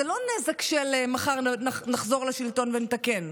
זה לא נזק שמחר נחזור לשלטון ונתקן,